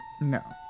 No